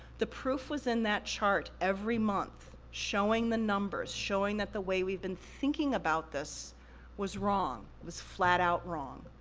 the proof was in that chart every month, showing the numbers, showing that the way we've been thinking about this was wrong, was flat out wrong.